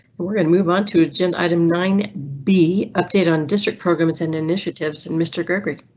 we're going to move on to agenda item nine b update on district programs and initiatives and mr. gregory.